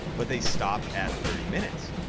but they stop at thirty minutes.